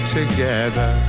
together